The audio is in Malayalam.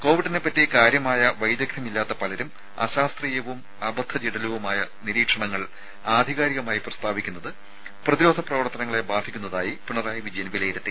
കോവിഡിനെപ്പറ്റി കാര്യമായ വൈദഗ്ദ്ധ്യം ഇല്ലാത്ത പലരും അശാസ്ത്രീയവും അബദ്ധജഡിലവുമായ നിരീക്ഷണങ്ങൾ ആധികാരികമായി പ്രസ്താവിക്കുന്നത് പ്രതിരോധ പ്രവർത്തനങ്ങളെ ബാധിക്കുന്നതായി പിണറായി വിജയൻ വിലയിരുത്തി